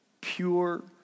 pure